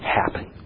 happen